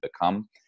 become